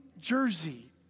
jersey